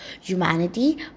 humanity